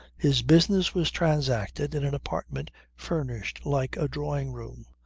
his business was transacted in an apartment furnished like a drawing-room,